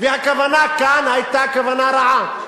והכוונה כאן היתה כוונה רעה: